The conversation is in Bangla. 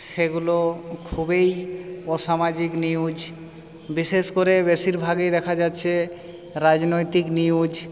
সেগুলো খুবই অসামাজিক নিউজ বিশেষ করে বেশিরভাগই দেখা যাচ্ছে রাজনৈতিক নিউজ